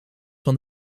van